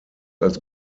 als